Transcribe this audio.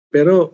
Pero